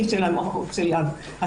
אבל